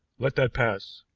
let that pass.